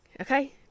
okay